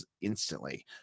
instantly